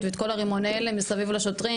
ואת כל רימוני ההלם מסביב לשוטרים,